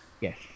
Yes